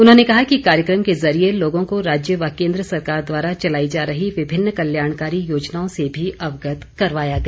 उन्होंने कहा कि कार्यक्रम के जरिए लोगों को राज्य व केंद्र सरकार द्वारा चलाई जा रही विभिन्न कल्याणकारी योजनाओं से भी अवगत करवाया गया